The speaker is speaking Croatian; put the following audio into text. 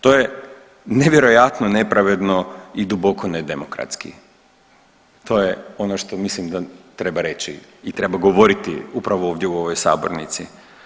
To je nevjerojatno nepravedno i duboko nedemokratski, to je ono što mislim da treba reći i treba govoriti upravo ovdje u ovoj sabornici.